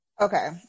Okay